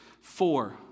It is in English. Four